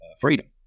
freedom